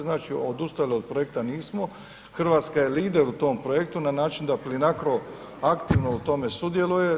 Znači odustali od projekta nismo, Hrvatska je lider u tom projektu na način da Plinacro aktivno u tome sudjeluje.